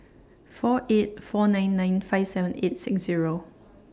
four eight four nine nine five seven eight six Zero